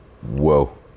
Whoa